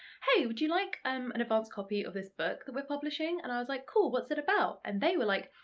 hey, would you like um an advanced copy of this book that we're publishing, and i was like, cool, what's it about? and they were like,